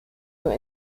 nur